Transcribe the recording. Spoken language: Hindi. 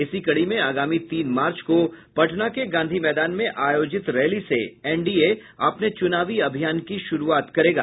इसी कड़ी में आगामी तीन मार्च को पटना के गांधी मैदान में आयोजित रैली से एनडीए अपने चुनावी अभियान की शुरूआत करेगा